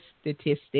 statistics